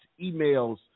emails